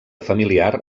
familiar